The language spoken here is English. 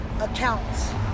accounts